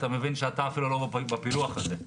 אתה מבין שאתה אפילו לא בפילוח הזה.